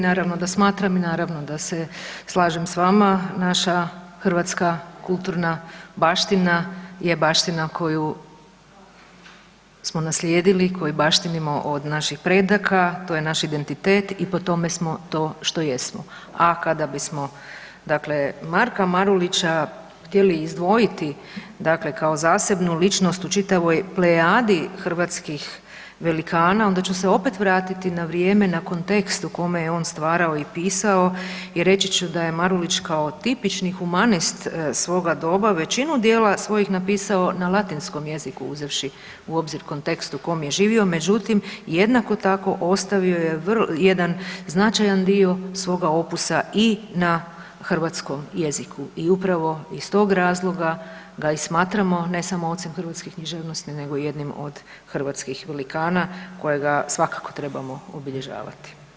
Naravno da smatram i naravno da se slažem s vama, naša hrvatska kulturna baština je baština koju smo naslijedili, koju baštinimo od naših predaka, to je naš identitet i po tome smo to što jesmo a kada bismo dakle Marka Marulića htjeli izdvojiti dakle kao zasebnu ličnost u čitavoj plejadi hrvatskih velikana, onda ću se opet vratiti na vrijeme na kontekst u kome je on stvarao i pisao i reći ću da je Marulić kao tipični humanist svoga doba, većinu djela svojih napisao na latinskom jeziku uzevši u obzir kontekst u kom je živio, međutim jednako tako, ostavio je jedan značajan dio svoga opusa i na hrvatskom jeziku i upravo iz tog razloga ga i smatramo ne samo ocem hrvatske književnosti nego i jednom od hrvatskih velikana kojega svakako trebamo obilježavati.